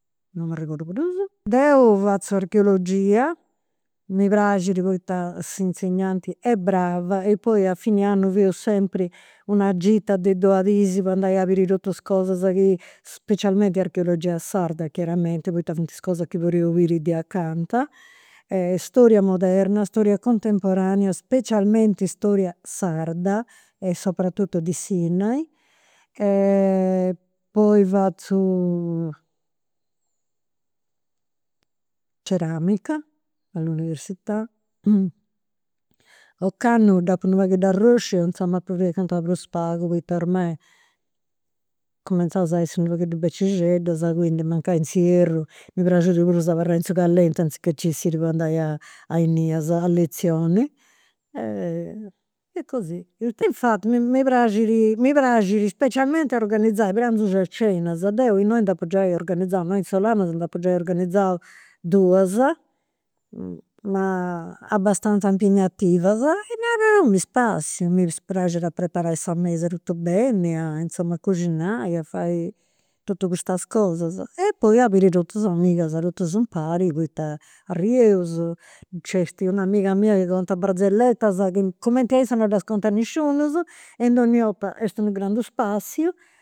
Non m'arregodu prus. Deu fatzu archeologia, mi praxit poita s'insegnanti est brava, e poi a fine annu fadeus sempri una gita de po andai a biri totus is cosas chi, specialmenti archeologia sarda, chiaramenti, poita funt is cosas chi podeus biri de acanta. Storia moderna, storia contemporanea, specialmenti storia sarda, soprattutto di Sinnai. Poi fatzu ceramica, all'università, ocannu dd'apu unu pagheddu arroxia inzandus prus pagu, poita ormai cumentzaus a essi u' pagheddu becixeddas, quindi mancai in s'ierru mi praxit de prus abarrai in su callenti anzichè nci 'essiri po andai a a innias, a letzioni. E così. Infatti mi praxit, mi praxit specialmenti organizai prangius e cenas. Deu, innoi, nd'apu giai organizau, innoi in Solanas nd'apu giai organizau duas, ma abastanza impegnativas. E però mi spassiu, mi praxit a preparai sa mesa totu beni, insoma, a coxinai, a fai totus custas cosas. E poi a biri totus is amigas, totus impari, poita, nc'est un'amiga mia chi contat barzelletas, cumenti a issa non ddas contat nisciunus. E donni' orta est unu grandu spassiu